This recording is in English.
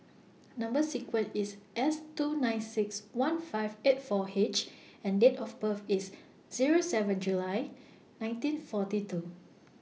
Number sequence IS S two nine six one five eight four H and Date of birth IS Zero seven July nineteen forty two